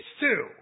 two